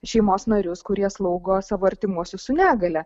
šeimos narius kurie slaugo savo artimuosius su negalia